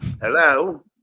Hello